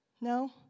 No